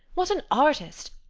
what an artist!